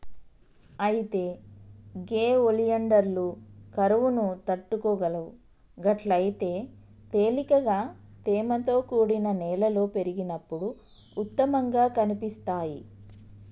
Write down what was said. అయితే గే ఒలియాండర్లు కరువును తట్టుకోగలవు గట్లయితే తేలికగా తేమతో కూడిన నేలలో పెరిగినప్పుడు ఉత్తమంగా కనిపిస్తాయి